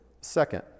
Second